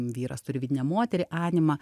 vyras turi vidinę moterį animą